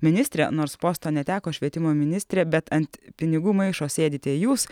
ministrė nors posto neteko švietimo ministrė bet ant pinigų maišo sėdite jūs